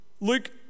Luke